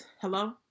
Hello